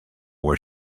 where